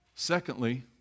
Secondly